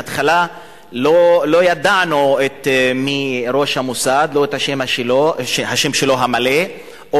בהתחלה לא ידענו את השם המלא של ראש המוסד,